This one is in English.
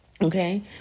Okay